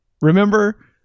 remember